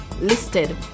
listed